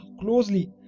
closely